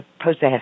possess